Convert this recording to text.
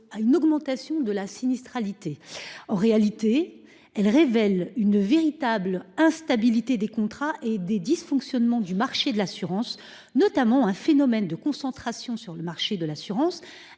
à une augmentation de la sinistralité. En réalité, elles révèlent une véritable instabilité des contrats et les dysfonctionnements du marché de l’assurance, notamment un phénomène de concentration sur le marché de l’assurance,